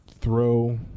throw